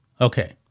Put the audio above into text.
Okay